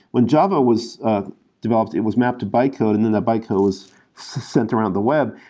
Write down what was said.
when java was ah developed, it was mapped to bytecode, and then that bytecode is sent around the web.